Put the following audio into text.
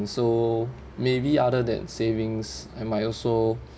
so maybe other than savings I might also